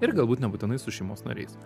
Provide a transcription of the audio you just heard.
ir galbūt nebūtinai su šeimos nariais